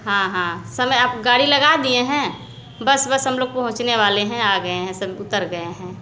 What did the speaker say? हाँ हाँ समय आप गाड़ी लगा दिए हैं बस बस हम लोग पहुंचने वाले हैं आ गए हैं सब उतर गए हैं